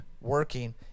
working